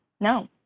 no